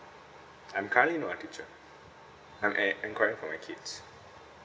I'm currently not a teacher I'm err enquiring for my kids